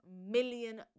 million